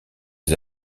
des